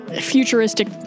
futuristic